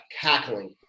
cackling